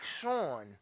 Sean